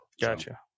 Gotcha